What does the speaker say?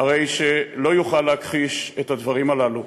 לא יוכל הרי להכחיש את הדברים הללו.